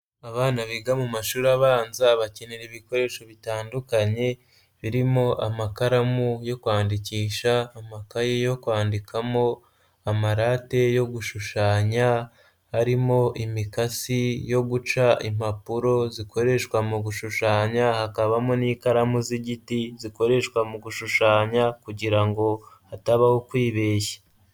Abana biga mu mashuri abanza bakenera ibikoresho bitandukanye birimo: amakaramu yo kwandikisha, amakaye yo kwandikamo, amarate yo gushushanya ,harimo imikasi yo guca impapuro zikoreshwa mu gushushanya hakabamo n'ikaramu z'igiti zikoreshwa mu gushushanya kugira ngo hatabaho kwibeshya.